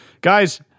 Guys